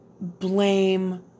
blame